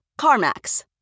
CarMax